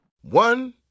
One